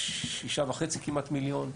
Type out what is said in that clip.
של כמעט 6.5 מיליון,